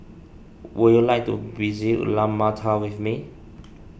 would you like to visit Ulaanbaatar with me